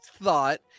thought